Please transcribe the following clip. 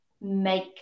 make